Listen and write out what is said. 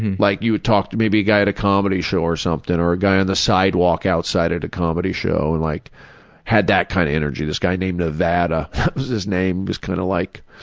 like you would talk to maybe a guy at a comedy show or something or a guy on the sidewalk outside at a comedy show. and like had that kind of energy. this guy named nevada, that was his name, was kind of like,